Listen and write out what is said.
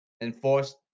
enforce